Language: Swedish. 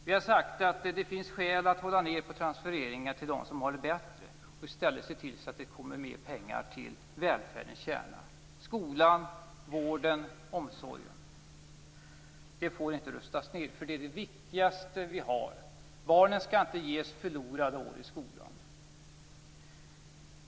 Vi har sagt att det finns skäl att hålla nere nivån på transfereringar till dem som har det bättre för att i stället se till att det kommer mera pengar till välfärdens kärna: skolan, vården och omsorgen. Där får det inte rustas ned, för detta är det viktigaste vi har. Barnen skall inte ges förlorade år i skolan.